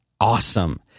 awesome